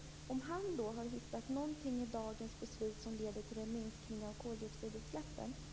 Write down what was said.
Har Mats Odell hittat någonting i dagens beslut som leder till en minskning av koldioxidutsläppen?